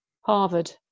Harvard